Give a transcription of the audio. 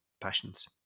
passions